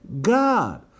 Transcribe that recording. God